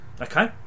okay